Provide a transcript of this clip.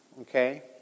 Okay